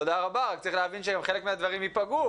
תודה רבה, רק צריך להבין שחלק מהדברים ייפגע.